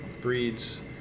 breeds